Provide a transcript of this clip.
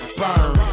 burn